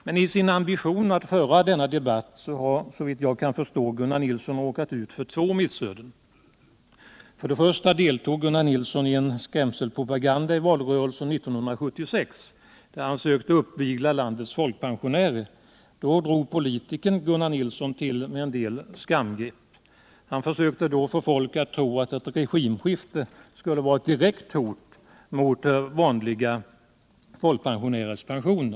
Men i sin ambition att föra denna debatt har Gunnar Nilsson såvitt jag kan förstå råkat ut för två missöden. För det första deltog Gunnar Nilsson i en skrämselpropaganda i valrörelsen 1976, där han sökte uppvigla landets folkpensionärer. Då drog politikern Gunnar Nilsson till med en del skamgrepp. Han försökte då få folk att tro att ett regimskifte skulle vara ett direkt hot mot vanliga folkpensionärers pensioner.